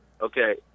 Okay